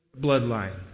bloodline